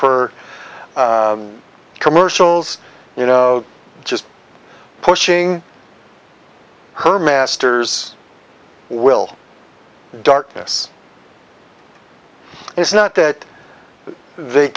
her commercials you know just pushing her master's will darkness it's not that they